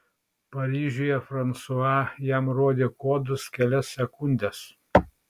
paryžiuje fransua jam rodė kodus kelias sekundes